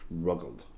struggled